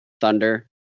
Thunder